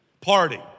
party